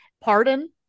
pardon